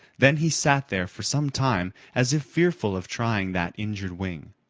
then he sat there for some time as if fearful of trying that injured wing.